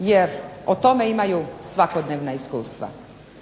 jer o tome imaju svakodnevna iskustva.